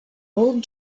old